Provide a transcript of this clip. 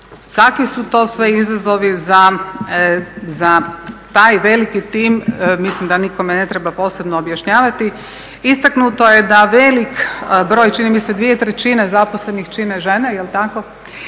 Kakvi su to sve izazovi za taj veliki tim, mislim da nikome ne treba posebno objašnjavati. Istaknuto je da velik broj čini mi se dvije trećine zaposlenih čine žene jel tako,